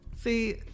See